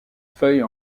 feuilles